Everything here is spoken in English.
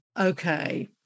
okay